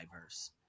diverse